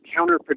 counterproductive